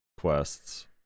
quests